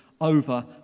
over